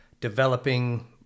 developing